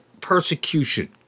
persecution